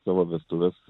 savo vestuves